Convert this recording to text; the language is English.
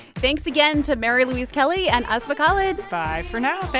thanks again to mary louise kelly and asma khalid bye for now.